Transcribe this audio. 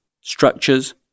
structures